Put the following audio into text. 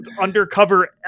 undercover